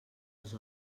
els